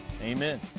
Amen